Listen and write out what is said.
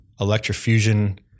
electrofusion